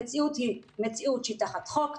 המציאות היא מציאות שהיא תחת חוק,